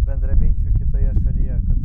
bendraminčių kitoje šalyje kad